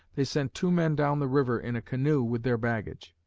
they sent two men down the river in a canoe with their baggage.